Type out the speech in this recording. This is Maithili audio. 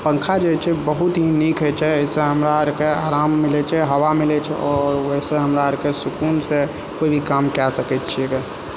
पंखा जे होइ छै बहुत ही नीक होइ छै एहिसँ हमरा आओरके आराम मिलै छै हवा मिलै छै आओर ओहिसँ हमरा आओरके सुकूनसँ कोइ भी काम कए सकै छिए गे